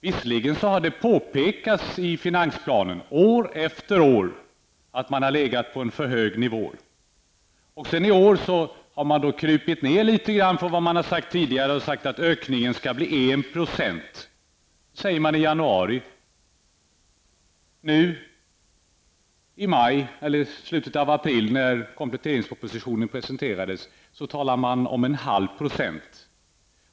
Visserligen har det år efter år påpekats i finansplanen att nivån har varit för hög. I år har man krupit ned litet grand i förhållande till tidigare och sagt att ökningen skall bli 1 %. Det sade man i januari. Nu i slutet av april när kompletteringspropositionen presenterades talas det om 0,5 %.